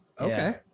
okay